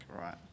right